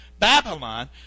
Babylon